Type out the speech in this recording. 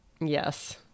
Yes